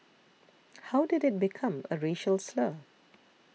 how did it become a racial slur